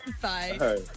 Bye